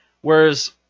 Whereas